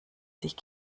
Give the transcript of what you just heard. sich